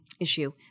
issue